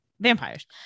vampires